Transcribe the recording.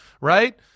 Right